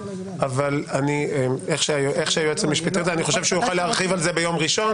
אני חושב שהיועץ המשפטי יוכל להרחיב על זה ביום ראשון.